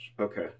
Okay